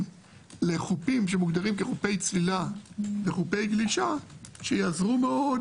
לחופים שמוגדרים כחופי צלילה וחופי גלשה שיעזרו מאוד